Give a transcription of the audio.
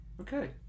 Okay